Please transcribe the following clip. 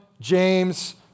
James